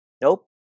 Nope